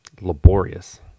laborious